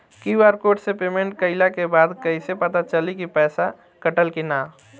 QR code से payment कईला के बाद कईसे पता चली की पैसा कटल की ना?